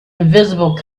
invisible